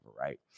right